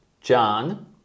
John